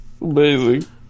Amazing